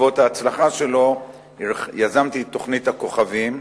בעקבות ההצלחה שלו יזמתי את תוכנית הכוכבים,